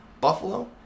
Buffalo